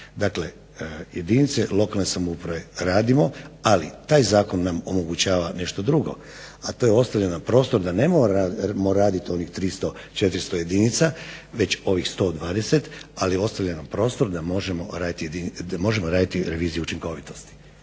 Dakle, jedinice lokalne samouprave radimo ali taj zakon nam omogućava nešto drugo, a to je ostavlja nam prostor da ne moramo raditi onih 300, 400 jedinica već ovih 120 ali ostavljen je prostor da možemo raditi reviziju učinkovitosti.